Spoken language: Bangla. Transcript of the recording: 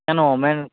কেন ম্যান